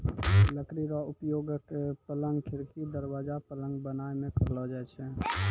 लकड़ी रो उपयोगक, पलंग, खिड़की, दरबाजा, पलंग बनाय मे करलो जाय छै